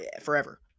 forever